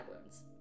wounds